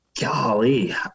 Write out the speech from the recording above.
golly